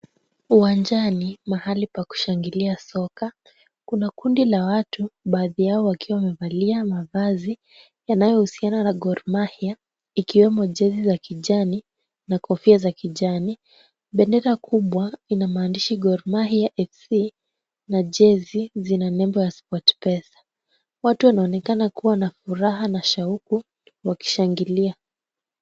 Uwanjani mahali pa kushangilia soka , Kuna kundi la watu baadhi Yao wakiwa wamevalia mavazi yanayohusiana na Gor mahia ikiwemo jezi la kijani na kofia za kijani , bendera kubwa Ina maandishi ya Gor mahia FC na jezi Ina nembo ya sportpesa , watu wanaonekana wakiwa na furaha na shauku wakishangilia .